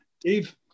Dave